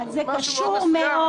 מה זה קשור לעכשיו?